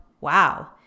wow